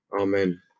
Amen